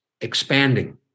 expanding